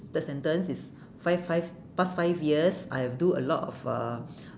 third sentence is five five past five years I've do a lot of uh